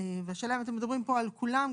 והשאלה אם מדברים פה על כולם,